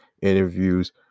interviews